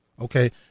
Okay